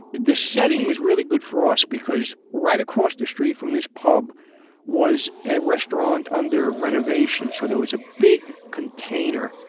the setting was really good for us because right across the street from this pub was a restaurant under renovation so there was a big container.